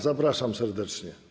Zapraszam serdecznie.